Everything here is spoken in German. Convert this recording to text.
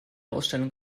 ausstellung